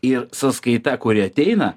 ir sąskaita kuri ateina